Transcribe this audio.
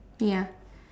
ya